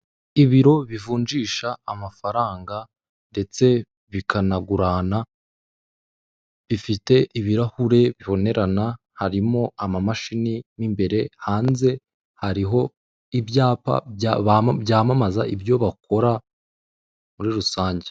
Ibiro bivunjisha amafaranga ndetse bikanagurana, bifite ibirahure bibonerana harimo amamashini mu imbere hanze hariho ibyapa byamamaza ibyo bakora muri rusange.